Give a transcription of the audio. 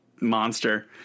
monster